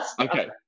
Okay